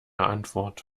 antwort